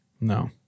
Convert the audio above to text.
No